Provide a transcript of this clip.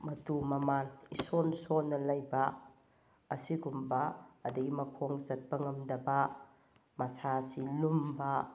ꯃꯇꯨ ꯃꯃꯥꯟ ꯏꯁꯣꯟ ꯁꯣꯟꯅ ꯂꯩꯕ ꯑꯁꯤꯒꯨꯝꯕ ꯑꯗꯒꯤ ꯃꯈꯣꯡ ꯆꯠꯄ ꯉꯝꯗꯕ ꯃꯁꯥꯁꯤ ꯂꯨꯝꯕ